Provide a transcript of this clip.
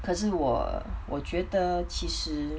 可是我我觉得其实